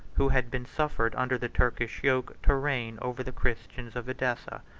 who had been suffered under the turkish yoke to reign over the christians of edessa.